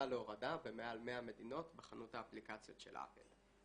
להורדה במעל 100 מדינות בחנות האפליקציות של אפל.